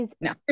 No